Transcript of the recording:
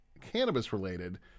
cannabis-related